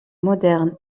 moderne